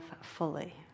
fully